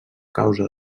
causa